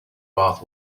bath